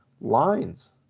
lines